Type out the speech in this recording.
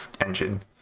engine